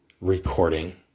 recording